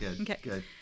okay